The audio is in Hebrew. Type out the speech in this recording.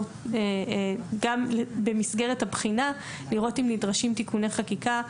גם במסגרת הבחינה לראות אם נדרשים תיקוני חקיקה,